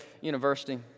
University